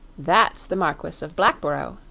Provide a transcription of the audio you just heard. that's the marquis of blackborough,